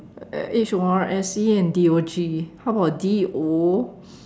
uh H O R S E and D O G how about D O